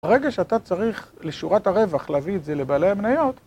ברגע שאתה צריך לשורת הרווח להביא את זה לבעלי המניות